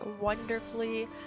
wonderfully